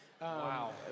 Wow